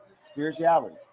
Spirituality